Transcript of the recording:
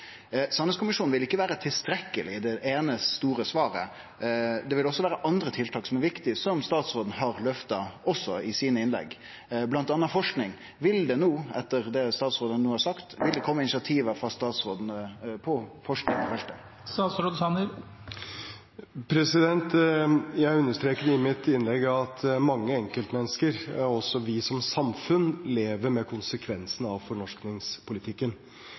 Sanningskommisjonen vil ikkje vere tilstrekkeleg – det eine store svaret. Det vil også vere andre tiltak som er viktige, og som statsråden har løfta i sine innlegg, bl.a. forsking. Vil det no, etter det statsråden har sagt, kome initiativ frå statsråden om forsking på feltet? Jeg understreket i mitt innlegg at mange enkeltmennesker, og også vi som samfunn, lever med konsekvensene av